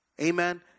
Amen